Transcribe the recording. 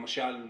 למשל,